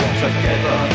together